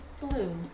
Blue